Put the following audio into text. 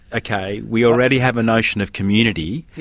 okay, we already have a notion of community,